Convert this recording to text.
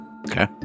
Okay